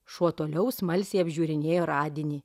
šuo toliau smalsiai apžiūrinėjo radinį